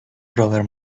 robert